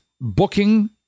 booking